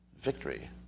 victory